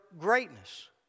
greatness